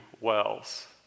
wells